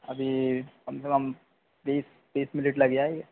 अभी कम से कम बीस तीस मिनट लग जाएगे